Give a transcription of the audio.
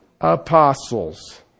apostles